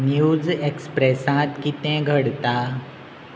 news एक्सप्रेसांत कितें घडटा